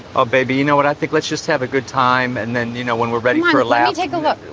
oh baby you know what i think. let's just have a good time and then you know when we're ready for a little take a look.